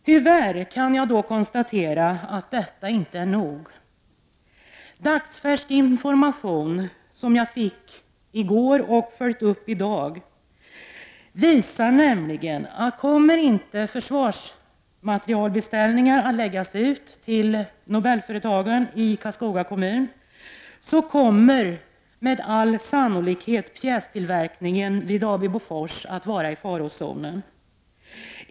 Tyvärr kan jag då konstatera att detta inte är nog. Dagsfärsk information, som jag fick i går och som jag följt upp i dag, visar nämligen att om försvarsmaterielbeställningar inte läggs ut till Nobelföretagen i Karlskoga, kommer med all sannolikhet pjästillverkningen vid AB Bofors i farozonen.